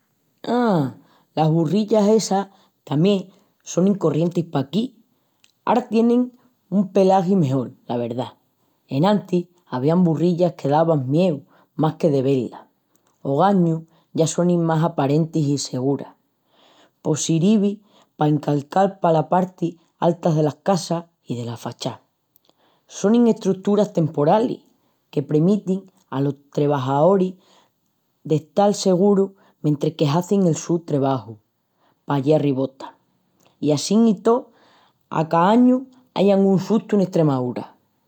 A, las burrillas, essas tamién sonin corrientis paquí. Ara tienin un pelagi mejol, la verdá. Enantis avían burrillas que davan mieu más que de ve-las. Ogañu ya sonin más aparentis i seguras. Pos sirivi pa ancançal pala parti alta delas casas i delas fachás. Sonin estruturas temporalis que premitin alos trebajaoris d'estal segurus mentris que hazin el su trebaju pallí arribota. I assín i tó a ca añu ai angún sustu en Estremaúra.